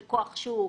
של כוח שוק,